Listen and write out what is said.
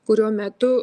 kurio metu